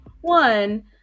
one